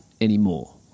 anymore